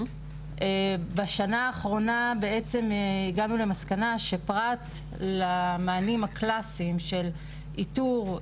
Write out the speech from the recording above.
בשנה האחרונה הגענו למסקנה שפרט למענים הקלסיים של איתור,